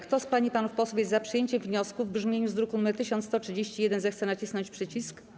Kto z pań i panów posłów jest za przyjęciem wniosku w brzmieniu z druku nr 1131, zechce nacisnąć przycisk.